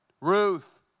Ruth